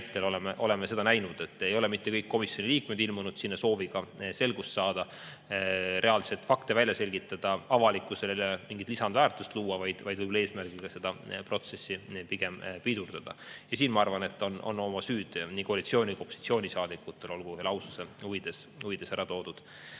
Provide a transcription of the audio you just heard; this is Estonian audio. näitel näinud, et mitte kõik komisjoni liikmed ei ole ilmunud sinna sooviga selgust saada, reaalseid fakte välja selgitada, avalikkusele mingit lisaväärtust luua, vaid võib-olla eesmärgiga seda protsessi pigem pidurdada. Siin, ma arvan, on oma süü nii koalitsiooni- kui ka opositsioonisaadikutel, olgu aususe huvides ära toodud.